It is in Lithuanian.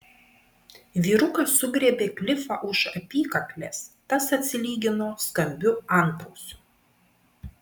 vyrukas sugriebė klifą už apykaklės tas atsilygino skambiu antausiu